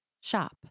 shop